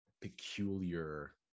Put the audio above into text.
peculiar